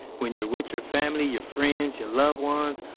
when you're with your family, your friends your loved ones,